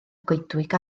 goedwig